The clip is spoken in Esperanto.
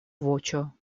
voĉo